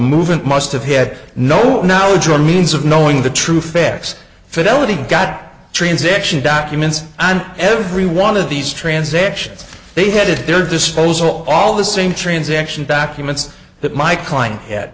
movement must have had no knowledge or means of knowing the true facts fidelity got transaction documents and every one of these transactions they had it at their disposal all the same transaction back humans that my client